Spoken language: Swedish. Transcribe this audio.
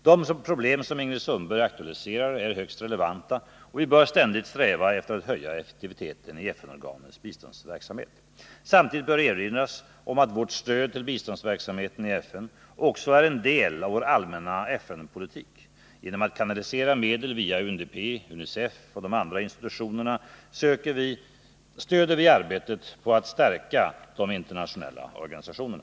De problem som Ingrid Sundberg aktualiserar är högst relevanta och vi bör ständigt sträva efter att höja effektiviteten i FN-organens biståndsverksamhet. Samtidigt bör erinras om att vårt stöd till biståndsverksamheten i FN också är en del av vår allmänna FN-politik. Genom att kanalisera medel via UNDP, UNICEF och de andra institutionerna stöder vi arbetet på att stärka de internationella organisationerna.